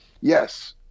yes